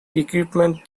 equipment